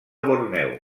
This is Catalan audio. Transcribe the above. borneo